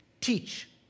teach